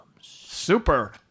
Super